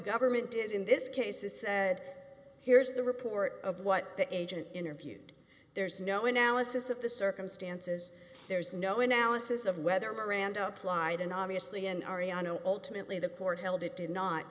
government did in this case is here's the report of what the agent interviewed there's no analysis of the circumstances there's no analysis of whether miranda applied and obviously an ariano ultimately the court held it did not